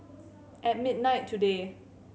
at midnight today